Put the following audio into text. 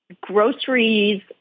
groceries